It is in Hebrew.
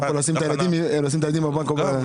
לשים את הילדים בבנק או גם ---?